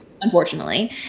unfortunately